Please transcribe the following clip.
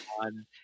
on